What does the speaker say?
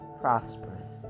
prosperous